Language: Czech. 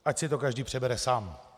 Ať si to každý přebere sám.